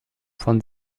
von